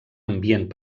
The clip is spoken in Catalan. ambient